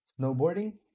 snowboarding